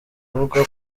avuga